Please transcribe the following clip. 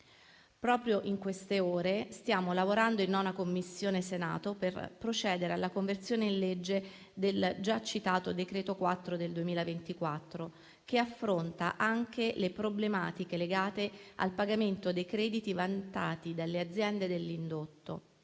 Proprio in queste ore, stiamo lavorando in 9a Commissione al Senato per procedere alla conversione in legge del già citato decreto-legge n. 4 del 2024, che affronta anche le problematiche legate al pagamento dei crediti vantati dalle aziende dell'indotto.